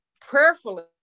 prayerfully